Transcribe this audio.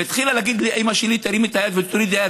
והיא התחילה להגיד לאימא שלי: תרימי את היד ותורידי את היד,